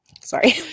sorry